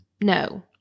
no